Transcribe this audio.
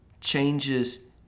changes